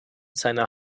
seiner